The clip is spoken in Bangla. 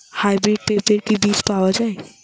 হাইব্রিড পেঁপের বীজ কি পাওয়া যায়?